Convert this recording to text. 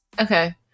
okay